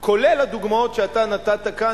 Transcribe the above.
כולל הדוגמאות שאתה נתת כאן,